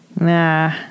Nah